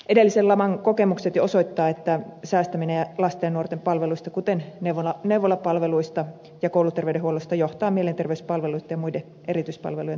edellisen laman kokemukset jo osoittivat että säästäminen lasten ja nuorten palveluista kuten neuvolapalveluista ja kouluterveydenhuollosta johtaa mielenterveyspalveluitten ja muiden erityispalvelujen tarpeen kasvuun